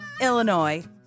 Illinois